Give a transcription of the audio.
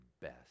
best